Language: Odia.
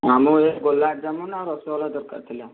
ଆମ ଏ ଗୋଲାପଜାମୁନ୍ ଆଉ ରସଗୋଲା ଦରକାର ଥିଲା